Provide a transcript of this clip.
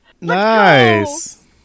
Nice